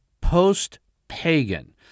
post-pagan